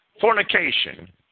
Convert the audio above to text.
Fornication